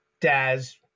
Daz